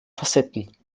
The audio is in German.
facetten